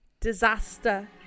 disaster